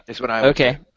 Okay